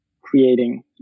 creating